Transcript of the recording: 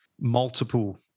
multiple